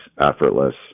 effortless